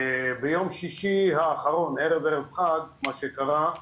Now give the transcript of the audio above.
ויום ששי האחרון, בערב חג, מה שקרה,